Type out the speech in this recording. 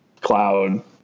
cloud